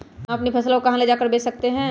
हम अपनी फसल को कहां ले जाकर बेच सकते हैं?